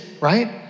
right